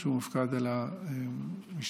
שמופקד על המשטרה,